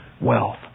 wealth